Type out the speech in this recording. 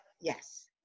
Yes